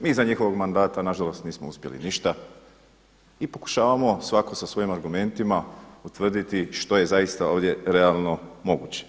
Mi za njihovog mandata nažalost nismo uspjeli ništa i pokušavamo svatko sa svojim argumentima utvrditi što je zaista ovdje realno moguće.